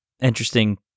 Interesting